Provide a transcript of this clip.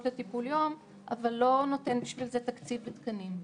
לטיפול יום אבל לא מקצה לצורך כך תקציב ותקנים.